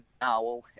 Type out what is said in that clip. now